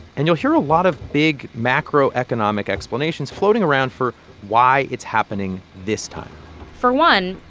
and you'll hear a lot of big, macro-economic explanations floating around for why it's happening this time for one,